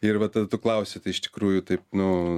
ir va tada tu klausi tai iš tikrųjų taip nu